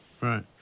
Right